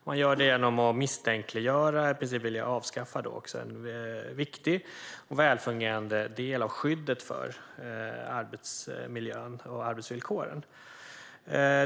Detta gör han genom att misstänkliggöra och i princip vilja avskaffa en viktig och välfungerande del av skyddet för arbetsmiljön och arbetsvillkoren.